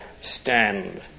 stand